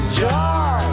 jar